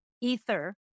Ether